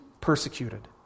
persecuted